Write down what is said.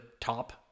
top